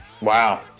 Wow